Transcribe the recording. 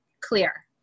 clear